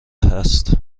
است